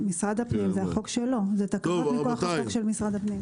זה החוק של משרד הפנים.